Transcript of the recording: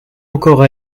encore